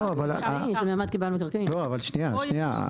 לא, אבל שנייה.